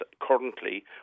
currently